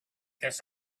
this